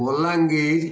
Balangir